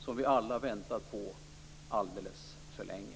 som vi alla väntat på alldeles för länge.